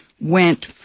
went